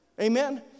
Amen